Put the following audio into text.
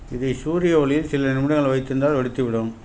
இதை சூரிய ஒளியில் சில நிமிடங்கள் வைத்திருந்தால் வெடித்துவிடும்